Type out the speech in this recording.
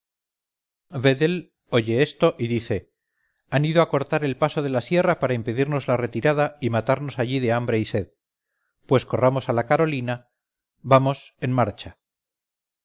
oye esto y dice han ido a cortar el paso de la sierra para impedirnos la retirada y matarnos aquí de hambre y sed pues corramos a la carolina vamos en marcha